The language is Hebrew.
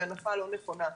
היא הנחה לא נכונה.